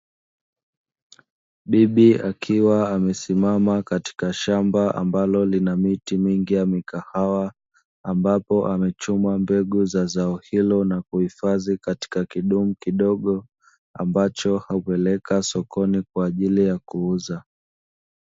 Bibi akiwa amesimama katika shamba ambalo lina miti mingi ya mikahawa, ambapo amechuma mbegu za zao hilo na kuhufadhi katika kidumu kidogo ambacho hupeleka sokoni kwa ajili ya kuuza.